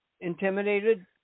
intimidated